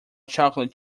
chocolate